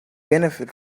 benefit